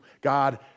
God